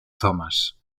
thomas